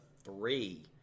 three